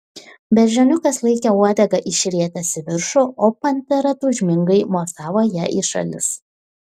beždžioniukas laikė uodegą išrietęs į viršų o pantera tūžmingai mosavo ja į šalis